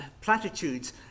platitudes